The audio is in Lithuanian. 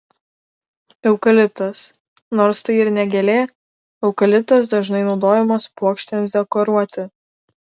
eukaliptas nors tai ir ne gėlė eukaliptas dažnai naudojamas puokštėms dekoruoti